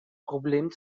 problem